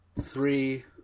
three